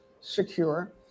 secure